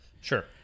Sure